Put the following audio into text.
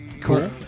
cool